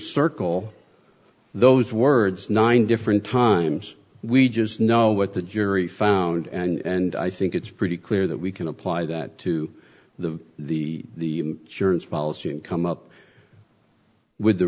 circle those words nine different times we just know what the jury found and i think it's pretty clear that we can apply that to the the surance policy and come up with